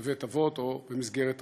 בבית-אבות או במסגרת אחרת.